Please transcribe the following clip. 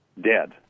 dead